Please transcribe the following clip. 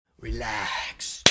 relax